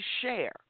share